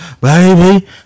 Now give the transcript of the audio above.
baby